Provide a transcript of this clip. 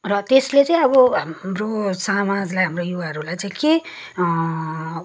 र त्यसले चाहिँ अब हाम्रो समाजलाई हाम्रो युवाहरूलाई चाहिँ के